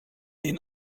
den